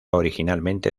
originalmente